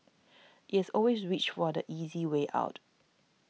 it has always reached for the easy way out